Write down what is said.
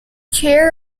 chair